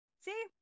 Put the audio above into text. See